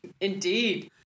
Indeed